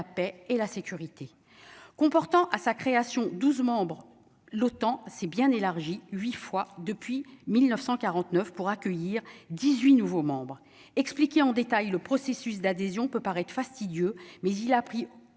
paix et la sécurité comportant à sa création, 12 membres, l'OTAN s'est bien élargie 8 fois depuis 1949 pour accueillir 18 nouveaux membres expliquer en détails le processus d'adhésion peut paraître fastidieux mais il a pris